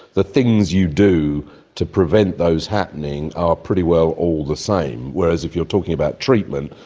the things you do to prevent those happening are pretty well all the same, whereas if you're talking about treatment,